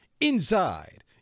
inside